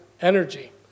Energy